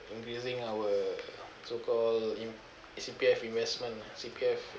increasing our so called in~ C_P_F investment lah C_P_F